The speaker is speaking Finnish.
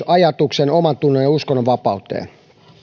ajatuksen omantunnon ja uskonnonvapauteen